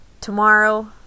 tomorrow